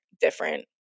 different